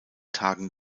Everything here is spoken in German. tagen